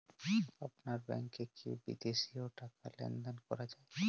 আপনার ব্যাংকে কী বিদেশিও টাকা লেনদেন করা যায়?